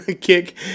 kick